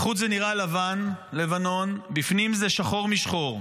בחוץ זה נראה לבן, לבנון, ובפנים זה שחור משחור.